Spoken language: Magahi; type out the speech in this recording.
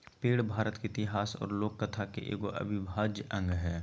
पेड़ भारत के इतिहास और लोक कथा के एगो अविभाज्य अंग हइ